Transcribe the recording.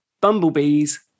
bumblebees